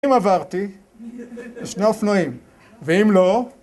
אם עברתי, זה שני אופנועים, ואם לא